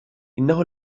إنه